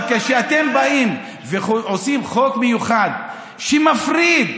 אבל כשאתם באים ועושים חוק מיוחד שמפריד,